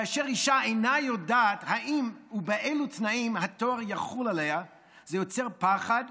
כאשר אישה אינה יודעת אם ובאילו תנאים התואר יחול עליה זה יוצר פחד,